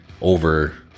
over